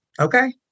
Okay